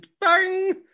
Bang